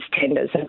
tenders